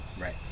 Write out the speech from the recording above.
Right